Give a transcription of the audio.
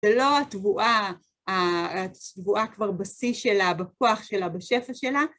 זה לא התבואה כבר בשיא שלה, בכוח שלה, בשפה שלה.